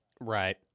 Right